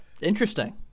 Interesting